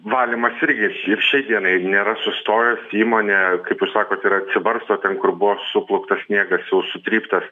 valymas irgi ir šiai dienai nėra sustojus įmonė kaip jūs sakot ir atsibarsto ten kur buvo suplūktas sniegas su sutryptas